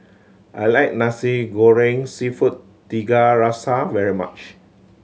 I like Nasi Goreng Seafood Tiga Rasa very much